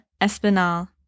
Espinal